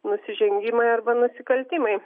nusižengimai arba nusikaltimai